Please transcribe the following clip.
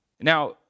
Now